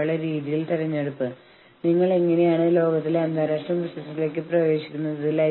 അപ്പോൾ മറ്റ് തൊഴിലാളികൾ ഈ ജീവനക്കാരന് പിന്തുണ അറിയിക്കാൻ ഒരു സമരത്തിന് പോകുന്നു